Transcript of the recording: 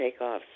takeoffs